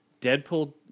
Deadpool